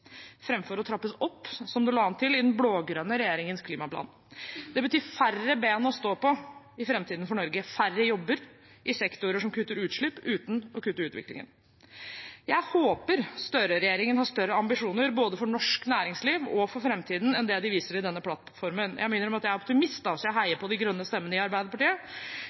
å trappes opp. Det betyr færre ben å stå på i framtiden for Norge, færre jobber i sektorer som kutter utslipp uten å kutte utviklingen. Jeg håper Støre-regjeringen har større ambisjoner både for norsk næringsliv og for framtiden enn det den viser i denne plattformen. Jeg må innrømme at jeg er optimist, så jeg heier på de grønne stemmene i Arbeiderpartiet.